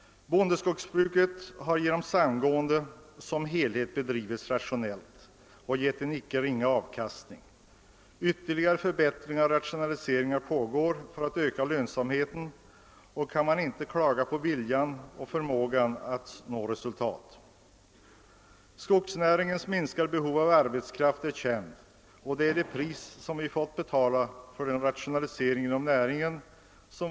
Bondeskogs bruket har genom samgående i stort sett bedrivits rationellt och lämnat en icke ringa avkastning. Ytterligare förbättringar vidtas för att öka lönsamheten, och man kan inte klaga på viljan och förmågan att nå resultat. Skogsnäringens minskade behov av arbetskraft är känt; det är det pris som vi fått betala för rationaliseringen inom näringen.